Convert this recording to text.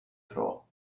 dro